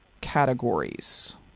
categories